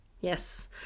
Yes